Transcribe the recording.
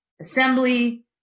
assembly